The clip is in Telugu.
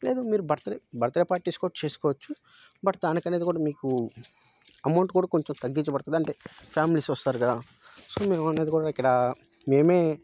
లేదు మీరు బర్త్డే బర్త్డే పార్టీస్ కూడా చేసుకోవచ్చు బట్ దానికనేది కూడా మీకు అమౌంట్ కూడా కొంచెం తగ్గించబడుతుంది అంటే ఫ్యామిలీస్ వస్తారు కదా సో మేము అనేది కూడా ఇక్కడ మేమే